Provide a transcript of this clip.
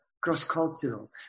cross-cultural